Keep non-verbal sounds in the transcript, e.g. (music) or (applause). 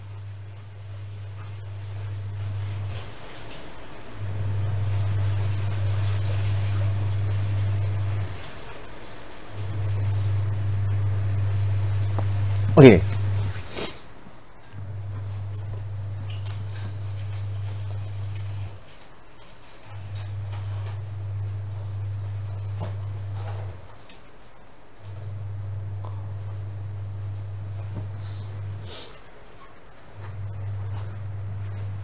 okay (breath)